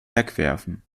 wegwerfen